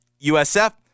USF